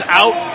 out